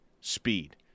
speed